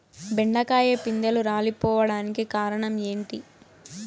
బెండకాయ పిందెలు రాలిపోవడానికి కారణం ఏంటి?